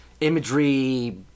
imagery